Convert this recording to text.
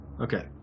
Okay